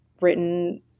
written